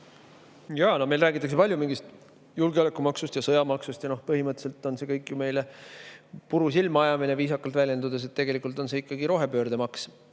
No meil räägitakse palju mingist julgeolekumaksust ja sõjamaksust. Põhimõtteliselt on see kõik ju puru silma ajamine, viisakalt väljendudes. Tegelikult on see ikkagi rohepöördemaks,